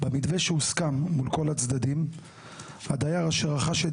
במתווה שהוסכם מול כל הצדדים הדייר שרכש את